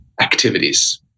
activities